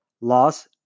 Loss